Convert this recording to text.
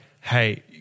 hey